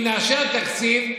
אם נאשר תקציב,